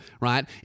right